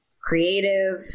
creative